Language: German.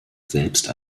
selbst